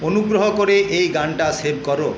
অনুগ্রহ করে এই গানটা সেভ করো